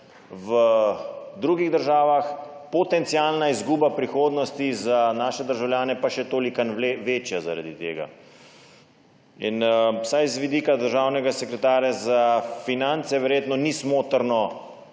v drugih državah, potencialna izguba prihodnosti za naše državljane pa še tolikanj večja zaradi tega. Vsaj z vidika državnega sekretarja za finance verjetno ni smotrno